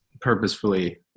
purposefully